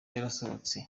yarasohotse